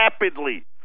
rapidly